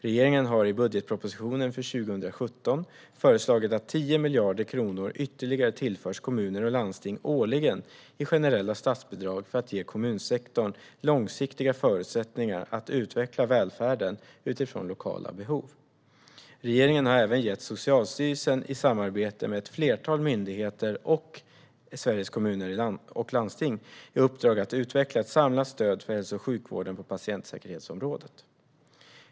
Regeringen har i budgetpropositionen för 2017 föreslagit att 10 miljarder kronor ytterligare tillförs kommuner och landsting årligen i generella statsbidrag för att ge kommunsektorn långsiktiga förutsättningar att utveckla välfärden utifrån lokala behov. Regeringen har även gett Socialstyrelsen, i samarbete med ett flertal myndigheter och Sveriges Kommuner och Landsting, i uppdrag att utveckla ett samlat stöd för hälso och sjukvården på patientsäkerhetsområdet.